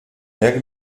jak